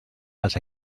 als